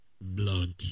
blood